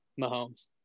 Mahomes